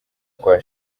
kwa